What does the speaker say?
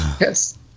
Yes